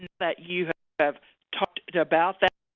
but you have talked about that.